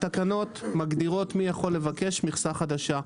התקנות מגדירות מי יכול לבקש מכסה חדשה,